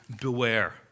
beware